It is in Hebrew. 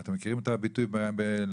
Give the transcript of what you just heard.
אתם מכירים את הביטוי בלטינית?